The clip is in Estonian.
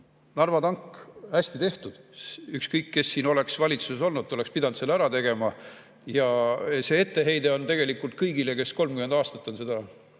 Narva tank – hästi tehtud. Ükskõik, kes oleks valitsuses olnud, ta oleks pidanud selle ära tegema. Ja see etteheide on tegelikult kõigile, kes 30 aastat on seda